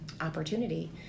opportunity